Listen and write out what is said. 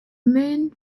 men